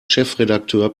chefredakteur